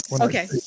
okay